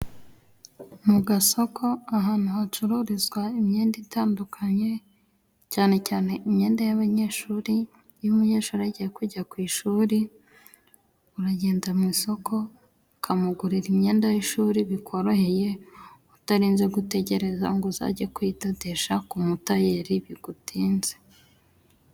Mu gasoko ahantu hacururizwa imyenda itandukanye cyane cyane imyenda y'abanyeshuri. Iyo umunyeshuri agiye kujya ku ishuri, uragenda mu isoko ukamugurira imyenda y'ishuri bikoroheye, utarinze gutegereza ngo uzajye kuyidodesha ku mutayeri bigutinze.